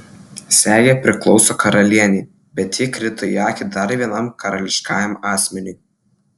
segė priklauso karalienei bet ji krito į akį dar vienam karališkajam asmeniui